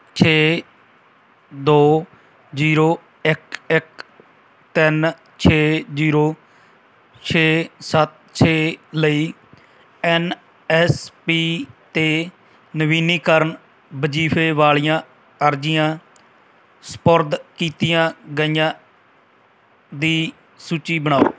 ਛੇ ਦੋ ਜ਼ੀਰੋ ਇੱਕ ਇੱਕ ਤਿੰਨ ਛੇ ਜ਼ੀਰੋ ਛੇ ਸੱਤ ਛੇ ਲਈ ਐਨ ਐਸ ਪੀ 'ਤੇ ਨਵੀਨੀਕਰਨ ਵਜ਼ੀਫ਼ੇ ਵਾਲਿਆਂ ਅਰਜ਼ੀਆਂ ਸਪੁਰਦ ਕੀਤੀਆਂ ਗਈਆਂ ਦੀ ਸੂਚੀ ਬਣਾਓ